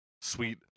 sweet